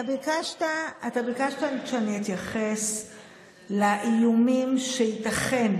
ביקשת שאני אתייחס לאיומים שייתכן,